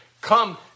come